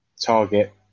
Target